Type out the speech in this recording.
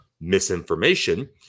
misinformation